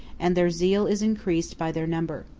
and their zeal is increased by their number.